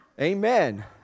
Amen